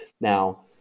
Now